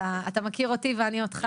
אתה מכיר אותי ואני אותך,